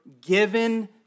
given